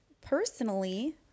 personally